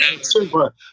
super